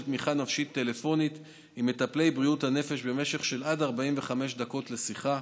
תמיכה נפשית טלפונית עם מטפלי בריאות הנפש במשך עד 45 דקות לשיחה.